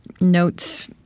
notes